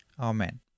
Amen